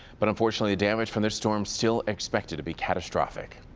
but unfortunately, damage from the storm still expected to be catastrophic.